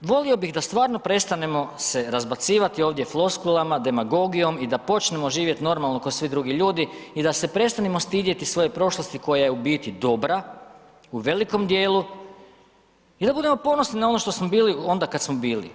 volio bi da stvarno prestanemo se razbacivati ovdje floskulama, demagogijom i da počnemo živjeti normalno ko svi drugi ljudi i da se prestanemo stidjeti svoje prošlosti koja je u biti dobra u velikom dijelu i da budemo ponosni na ono što smo bili onda kad smo bili.